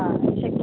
हा शक्यते